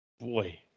boy